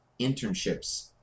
internships